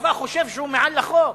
הצבא חושב שהוא מעל לחוק,